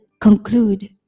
conclude